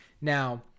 Now